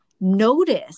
notice